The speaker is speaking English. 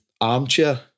armchair